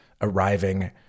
arriving